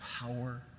power